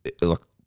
look